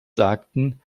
sagten